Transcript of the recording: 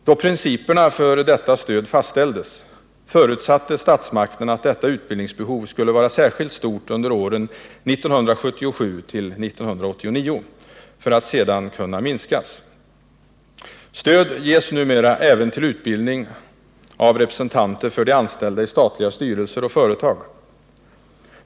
Då principerna för detta stöd fastställdes, förutsatte statsmakterna att detta utbildningsbehov skulle vara särskilt stort under åren 1977-1979 för att sedan minska. Stöd ges numera även till utbildning av representanter för de anställda i statliga styrelser och företag.